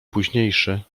późniejszy